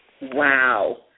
Wow